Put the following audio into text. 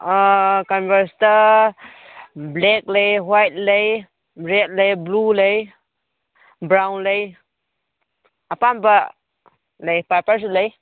ꯀꯟꯚꯔꯁꯇ black ꯂꯩ white ꯂꯩ red ꯂꯩ ꯕ꯭ꯂꯨ ꯂꯩ ꯕ꯭ꯔꯥꯎꯟ ꯂꯩ ꯑꯄꯥꯝꯕ ꯂꯩ ꯄꯔꯄꯜꯁꯨ ꯂꯩ